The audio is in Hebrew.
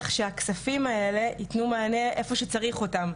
שהכספים האלה יתנו מענה איפה שצריך אותם,